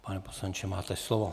Pane poslanče, máte slovo.